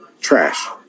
trash